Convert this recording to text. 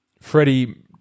Freddie